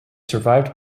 survived